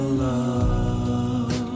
love